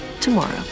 tomorrow